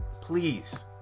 please